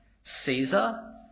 Caesar